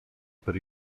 per